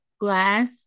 glass